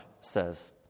says